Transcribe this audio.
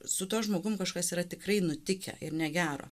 su tuo žmogum kažkas yra tikrai nutikę ir negero